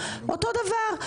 אותו דבר,